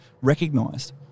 recognised